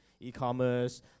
e-commerce